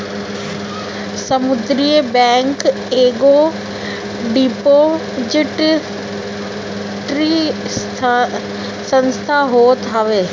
सामुदायिक बैंक एगो डिपोजिटरी संस्था होत हवे